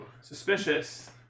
suspicious